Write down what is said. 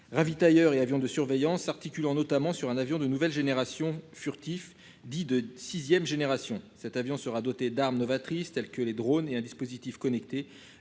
ravitailleurs et avions de surveillance articulant notamment sur un avion de nouvelle génération furtif dit de 6ème génération cet avion sera doté d'armes novatrices tels que les drone et un dispositif connecté